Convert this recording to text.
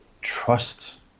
trust